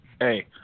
hey